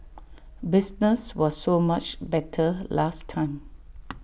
business was so much better last time